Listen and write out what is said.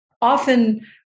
often